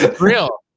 Real